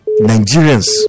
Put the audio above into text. Nigerians